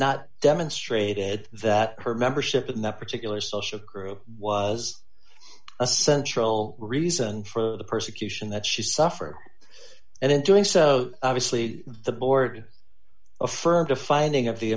not demonstrated that her membership in that particular social group was a central reason for the persecution that she suffered and in doing so obviously the board affirmed a finding of the